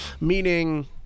Meaning